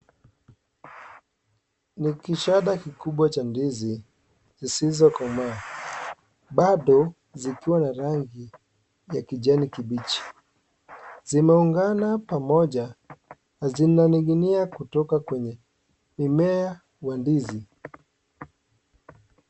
Ni kishada kikubwa cha ndizi zisizokomaa bado zikiwa na rangi ya kijani kibichi. Zimeungana pamoja na zinaning'inia kutoka kwenye mmea wa ndizi.